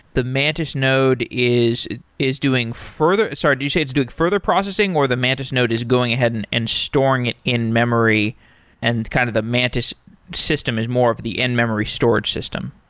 the mantis node is is doing further sorry, do you say it's doing further processing, or the mantis node is going ahead and and storing it in-memory and kind of the mantis system is more of the in-memory storage system?